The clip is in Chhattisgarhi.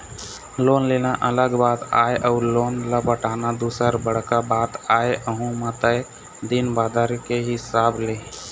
लोन लेना अलग बात आय अउ लोन ल पटाना दूसर बड़का बात आय अहूँ म तय दिन बादर के हिसाब ले